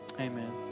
Amen